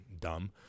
dumb